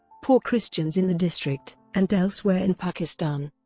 poor christians in the district, and elsewhere in pakistan,